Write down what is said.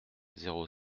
zéro